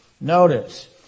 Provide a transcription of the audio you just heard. Notice